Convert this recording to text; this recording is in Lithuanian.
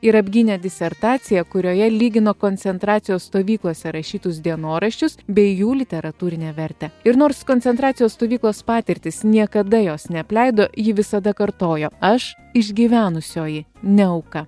ir apgynė disertaciją kurioje lygino koncentracijos stovyklose rašytus dienoraščius bei jų literatūrinę vertę ir nors koncentracijos stovyklos patirtys niekada jos neapleido ji visada kartojo aš išgyvenusioji ne auka